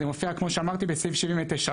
זה מופיע כמו שאמרתי, בסעיף 79(ב).